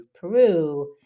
Peru